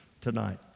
tonight